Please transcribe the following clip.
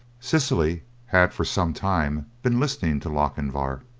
cecily had for some time been listening to lochinvar,